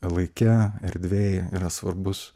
laike erdvėj yra svarbus